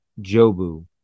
Jobu